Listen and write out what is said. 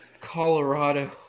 Colorado